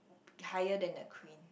higher than the Queen